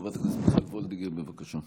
חברת הכנסת מיכל וולדיגר, בבקשה.